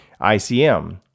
ICM